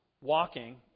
walking